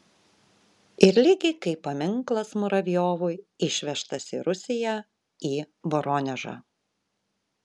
ir lygiai kaip paminklas muravjovui išvežtas į rusiją į voronežą